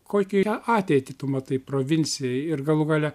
kokią ateitį tu matai provincijoj ir galų gale